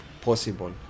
possible